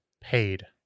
paid